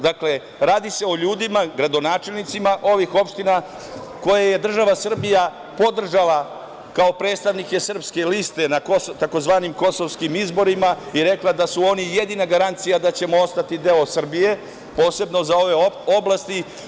Dakle, radi se o ljudima, gradonačelnicima ovih opština, koje je država Srbija podržala kao predstavnike srpske liste na tzv. kosovskim izborima i rekla da su oni jedina garancija da ćemo ostati deo Srbije, posebno za ove oblasti.